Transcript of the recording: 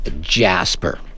Jasper